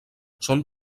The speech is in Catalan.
són